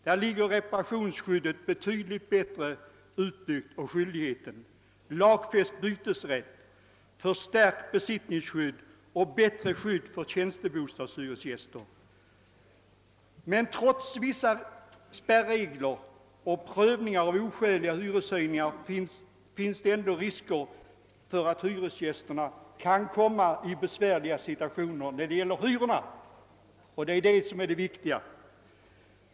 Där är sålunda reparationsskyddet för hyresgästerna och skyldigheten för fastighetsägaren att reparera lägenheterna betydligt bättre utbyggt, vidare finns det lagfäst bytesrätt, förstärkt besittningsskydd och bättre skydd för tjänstebostadshyresgäster. Men trots vissa spärregler och prövningar av oskäliga hyreshöjningar finns det ändå risker för att hyresgästerna kan komma i besvärliga situationer när det gäller hyrorna. Detta är det viktiga.